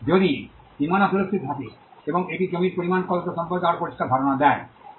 যদি সীমানা সুরক্ষিত থাকে এবং এটি জমির পরিমাণ কত তা সম্পর্কে আরও পরিষ্কার ধারণা দেয়